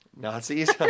Nazis